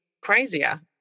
crazier